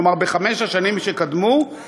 כלומר בחמש השנים שקדמו,